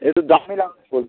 একটু দামি লাগাতেন